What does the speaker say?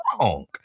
wrong